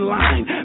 line